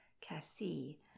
cassie